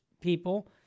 people